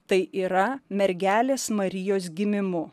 tai yra mergelės marijos gimimu